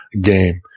game